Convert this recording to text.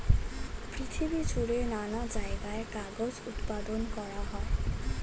পৃথিবী জুড়ে নানা জায়গায় কাগজ উৎপাদন করা হয়